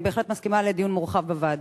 אני בהחלט מסכימה לדיון מורחב בוועדה.